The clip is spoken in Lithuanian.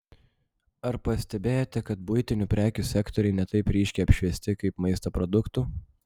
ar pastebėjote kad buitinių prekių sektoriai ne taip ryškiai apšviesti kaip maisto produktų